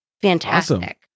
Fantastic